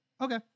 Okay